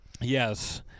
Yes